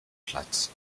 platz